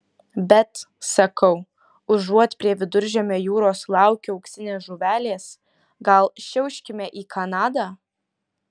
bet sakau užuot prie viduržemio jūros laukę auksinės žuvelės gal šiauškime į kanadą